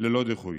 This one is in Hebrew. ללא דיחוי.